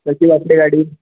कशी वाटते गाडी